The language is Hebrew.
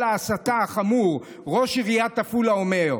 ההסתה החמור ראש עיריית עפולה אומר: